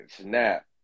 snap